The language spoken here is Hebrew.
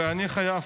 אני חייב